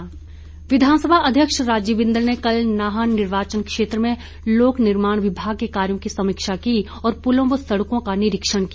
बिंदल विधानसभा अध्यक्ष राजीव बिंदल ने कल नाहन निर्वाचन क्षेत्र में लोक निर्माण विभाग के कार्यो की समीक्षा की और पुलों व सड़कों का निरिक्षण किया